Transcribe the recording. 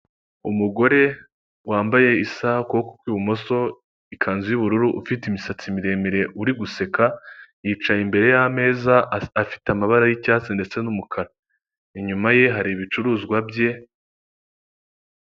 Umugore wambaye isaha ku kuboko kw'ibumoso, ikanzu y'ubururu ufite imisatsi miremire uri guseka yicaye, imbere y'ameza afite amabara y'icyatsi ndetse n'umukara inyuma ye hari ibicuruzwa bye.